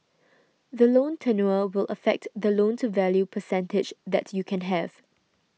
the loan tenure will affect the loan to value percentage that you can have